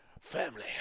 Family